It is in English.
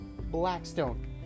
Blackstone